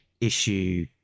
issue